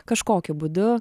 kažkokiu būdu